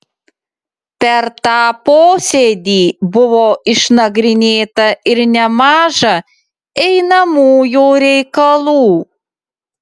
per tą posėdį buvo išnagrinėta ir nemaža einamųjų reikalų